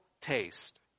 taste